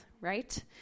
right